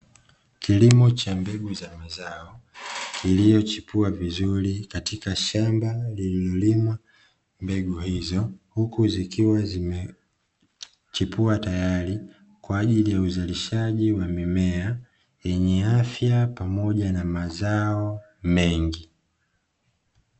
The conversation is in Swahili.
Kilimo cha mbegu za mazao, kilichochepua vizuri katika shamba lililolimwa mbegu hizo, huku zikiwa zimechipua tayari kwa ajili ya uzalishaji wa mimea yenye afya pamoja na mazao mengi.